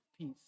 peace